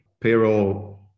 Payroll